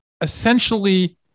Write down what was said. essentially